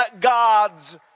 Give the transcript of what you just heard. God's